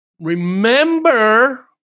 Remember